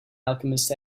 alchemist